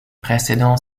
précédant